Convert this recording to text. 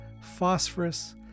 phosphorus